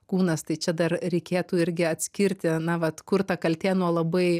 kūnas tai čia dar reikėtų irgi atskirti na vat kur ta kaltė nuo labai